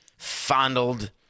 Fondled